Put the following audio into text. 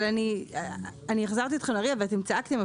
אני החזרתי אותך ל-RIA, ואתם צעקתם.